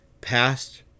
past